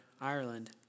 Ireland